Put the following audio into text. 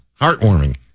Heartwarming